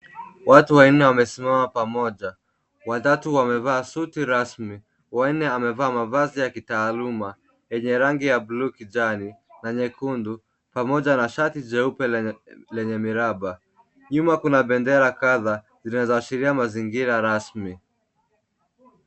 Watu wanne wamesimama pamoja, watatu wamevaa suti rasmi, wa nne amevaa mavazi ya kitaaluma yenye rangi ya bluu kijani na nyekundu pamoja na shati jeupe lenye miraba. Nyuma kuna bendera kadhaa zinazoashiria mazingira rasmi.